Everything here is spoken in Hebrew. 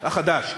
החדש?